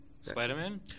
Spider-Man